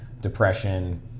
depression